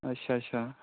अच्छा अच्छा